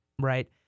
right